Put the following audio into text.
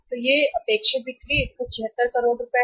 तो यह बिक्री अपेक्षित बिक्री 176 कुल बिक्री 176 है करोड़ रुपए है